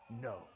no